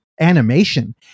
animation